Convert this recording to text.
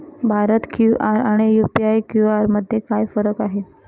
Bharat QR आणि UPI QR मध्ये काय फरक आहे?